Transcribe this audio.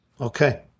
Okay